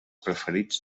preferits